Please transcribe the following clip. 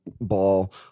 ball